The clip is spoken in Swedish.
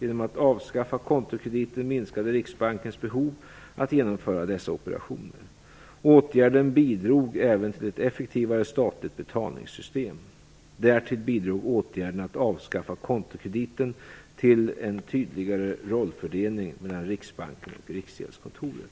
Genom att avskaffa kontokrediten minskade Riksbankens behov att genomföra dessa operationer. Åtgärden bidrog även till ett effektivare statligt betalningssystem. Därtill bidrog åtgärden att avskaffa kontokrediten till en tydligare rollfördelning mellan Riksbanken och Riksgäldskontoret.